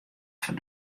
fan